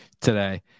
today